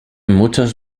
muchos